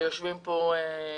ויושבים כאן